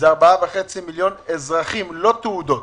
ל-4.5 מיליון אזרחים, לא תעודות?